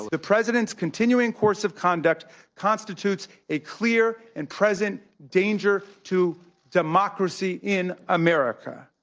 the president's continuing course of conduct constitutes a clear and present danger to democracy in america.